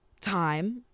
time